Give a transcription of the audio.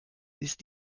ist